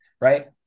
right